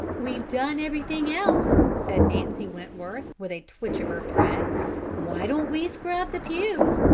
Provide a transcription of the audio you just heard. we've done everything else, said nancy wentworth, with a twitch of her thread why don't we scrub the pews?